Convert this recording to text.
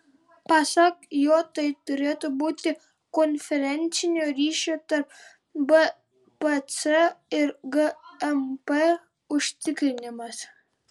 pasak jo tai turėtų būti konferencinio ryšio tarp bpc ir gmp užtikrinimas